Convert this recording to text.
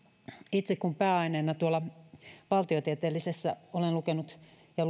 itse pääaineena tuolla valtiotieteellisessä olen lukenut ja